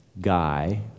guy